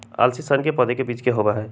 अलसी सन के पौधे के बीज होबा हई